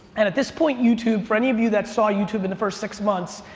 and at this point, youtube, for any of you that saw youtube in the first six months,